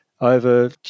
over